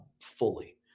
fully